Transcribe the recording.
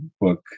book